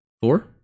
Four